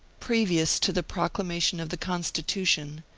previous to the proclamation of the constitution,